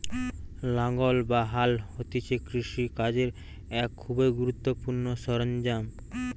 লাঙ্গল বা হাল হতিছে কৃষি কাজের এক খুবই গুরুত্বপূর্ণ সরঞ্জাম